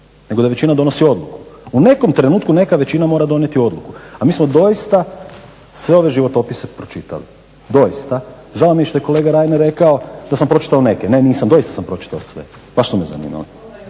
nego da većina donosi odluku. U nekom trenutku neka većina mora donijeti odluku, a mi smo doista sve ove životopise pročitali doista. Žao mi je što je kolega Reiner rekao da sam pročitao neke, ne nisam doista sam pročitao sve, baš su me zanimali.